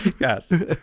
Yes